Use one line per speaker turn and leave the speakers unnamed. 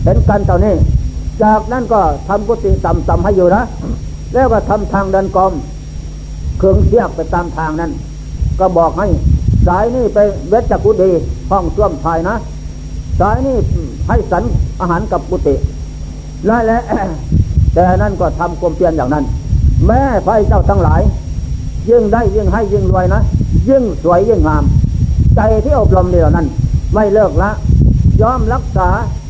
เห็นกันเท่านี้ จากนั้นก็ทำกุฏิต่ำๆให้อยู่นะ แล้วก็ทำทางเดินกรม เครื่องเชือกไปตามทางนั้น ก็บอกให้สายนี่ไปเว็ดจักกุฏีห้องส้วมภายนะ สายนี่ให้สันอาหารกับกุฏิ ได้แล้ว แต่นั้นก็ทำความเพียรอย่างนั้น แม่ไฟเจ้าทั้งหลาย ยิ่งได้ยิ่งให้ยิ่งรวยนะ ยิ่งสวยยิ่งงาม ใจที่อบรมเดียวนั้นไม่เลิกละ ยอมรักษา